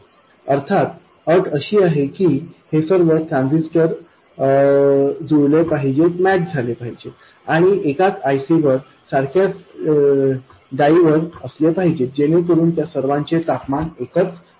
अर्थात अट अशी आहे की हे सर्व ट्रान्झिस्टर जुळले पाहिजेत आणि एकाच IC वर सारख्याच डाईवर असले पाहिजेत जेणेकरून त्या सर्वांचे तापमान एकच असेल